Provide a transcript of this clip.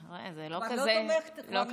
אתה רואה, זה לא כזה נורא.